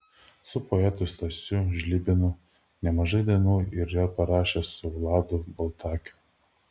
su poetu stasiu žlibinu nemažai dainų yra parašęs su vladu baltakiu